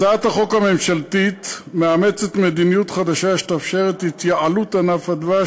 הצעת החוק הממשלתית מאמצת מדיניות חדשה שתאפשר את התייעלות ענף הדבש,